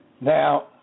Now